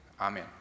Amen